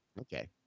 Okay